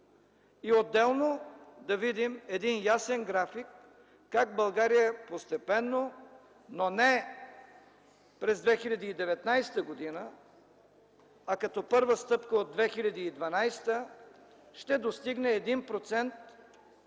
и отделно да видим ясен график как България постепенно, но не през 2019 г., а като първа стъпка от 2012 г. ще достигне 1%